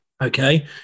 okay